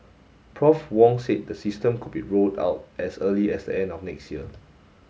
Prof Wong said the system could be rolled out as early as the end of next year